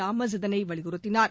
Thomas இதனைவலியுறுத்தினார்